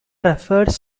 efforts